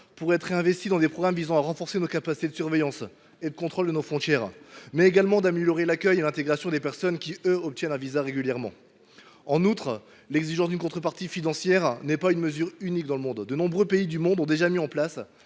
être réinvestis dans des programmes visant à renforcer les capacités de surveillance et de contrôle de nos frontières, mais également à améliorer l’accueil et l’intégration des personnes qui obtiennent un visa régulièrement. En outre, l’exigence d’une contrepartie financière n’est pas une mesure unique dans le monde. De nombreux pays ont déjà mis en place